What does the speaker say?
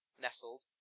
nestled